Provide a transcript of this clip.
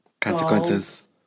Consequences